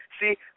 See